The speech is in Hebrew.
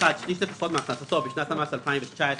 שליש לפחות מהכנסתו בשנת המס 2019,